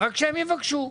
רק שהם יבקשו,